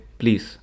please